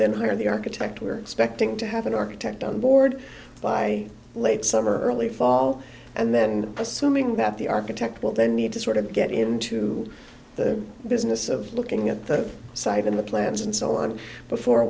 then hire the architect we're expecting to have an architect on board by late summer early fall and then assuming that the architect will then need to sort of get into the business of looking at the site in the plans and so on before